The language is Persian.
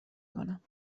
کنم